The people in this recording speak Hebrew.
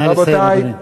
נא לסיים, אדוני.